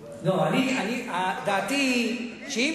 דעתי, שאם